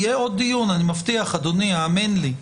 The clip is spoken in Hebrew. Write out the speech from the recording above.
יהיה עוד דיון, אני מבטיח, אדוני, האמן לי.